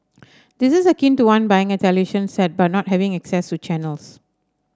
this is akin to one buying a television set but not having access to channels